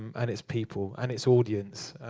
um and its people, and its audience.